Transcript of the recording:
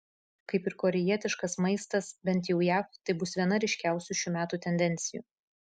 kaip ir korėjietiškas maistas bent jau jav tai bus viena ryškiausių šių metų tendencijų